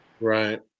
Right